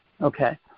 Okay